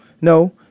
no